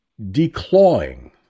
declawing